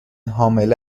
حامله